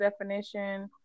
definition